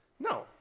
No